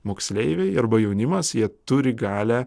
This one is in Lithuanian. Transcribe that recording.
moksleiviai arba jaunimas jie turi galią